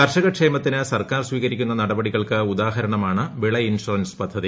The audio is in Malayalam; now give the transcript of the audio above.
കർഷക ക്ഷേമത്തിന് സർക്കാർ സ്വീകരിക്കുന്ന നടപടികൾക്ക് ഉദാഹരണമാണ് വിള ഇൻഷുറൻസ് പദ്ധതി